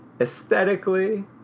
aesthetically